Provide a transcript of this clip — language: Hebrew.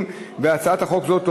התשע"ד 2013,